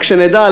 רק שנדע,